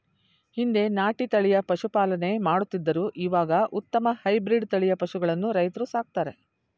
ಹಿಂದೆ ನಾಟಿ ತಳಿಯ ಪಶುಪಾಲನೆ ಮಾಡುತ್ತಿದ್ದರು ಇವಾಗ ಉತ್ತಮ ಹೈಬ್ರಿಡ್ ತಳಿಯ ಪಶುಗಳನ್ನು ರೈತ್ರು ಸಾಕ್ತರೆ